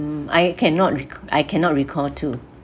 mm I cannot re~ I cannot recall too